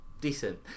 decent